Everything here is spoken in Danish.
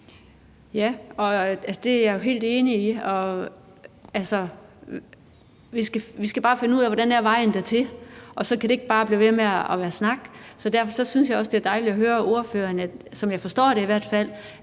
(FG): Det er jeg jo helt enig i. Altså, vi skal bare finde ud af, hvad vejen dertil er, og så kan det ikke bare blive ved med at være snak. Derfor synes jeg også, det er dejligt at høre ordføreren sige, som jeg forstår det i hvert fald,